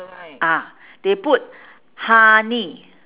ah they put honey